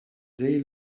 they